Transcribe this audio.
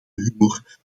humor